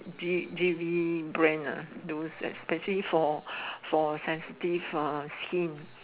J V brand those especially for for sensitive skin